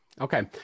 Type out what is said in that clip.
Okay